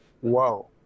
Whoa